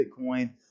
Bitcoin